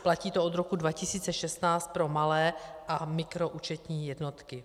Platí to od roku 2016 pro malé a mikroúčetní jednotky.